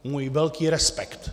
Můj velký respekt!